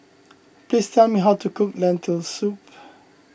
please tell me how to cook Lentil Soup